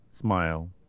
smile